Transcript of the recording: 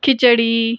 खिचडी